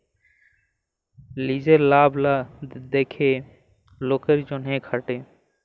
লিজের লাভ লা দ্যাখে লকের জ্যনহে খাটে